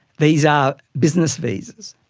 these are business visas,